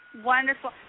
Wonderful